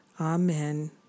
Amen